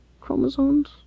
chromosomes